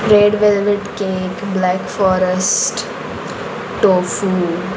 red velvet cake black forest tofu